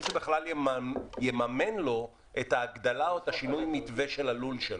זה בכלל יממן לו את ההגדלה או את שינוי המתווה של הלול שלו.